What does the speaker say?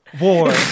War